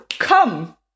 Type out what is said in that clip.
Come